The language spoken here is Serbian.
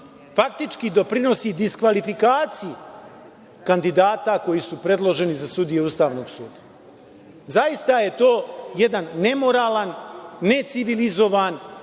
taktički doprinosi diskvalifikaciji kandidata koji su predloženi za sudije Ustavnog suda. Zaista je to jedan nemoralan, necivilizovan